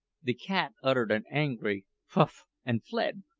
the cat uttered an angry fuff and fled,